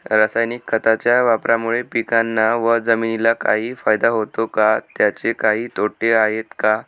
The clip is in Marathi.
रासायनिक खताच्या वापरामुळे पिकांना व जमिनीला काही फायदा होतो का? त्याचे काही तोटे आहेत का?